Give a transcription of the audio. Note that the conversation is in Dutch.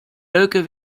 leuke